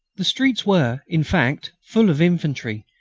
the streets were, in fact, full of infantry,